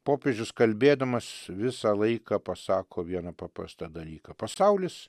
popiežius kalbėdamas visą laiką pasako vieną paprastą dalyką pasaulis